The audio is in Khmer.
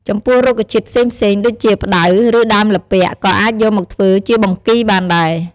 ចំពោះរុក្ខជាតិផ្សេងៗ ដូចជា ផ្តៅ ឬដើមល្ពាក់ ក៏អាចយកមកធ្វើជាបង្គីបានដែរ។